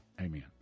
amen